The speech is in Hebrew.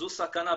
זו סכנה,